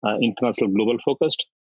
international-global-focused